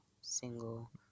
single